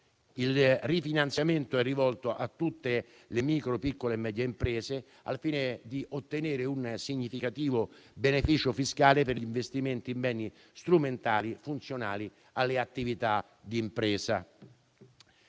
Il rifinanziamento è rivolto a tutte le micro, piccole e medie imprese al fine di ottenere un significativo beneficio fiscale per gli investimenti in beni strumentali funzionali alle attività di impresa.